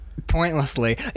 Pointlessly